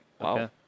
Wow